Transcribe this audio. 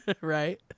Right